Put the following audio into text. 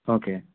okay